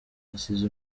yasize